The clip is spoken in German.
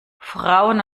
frauen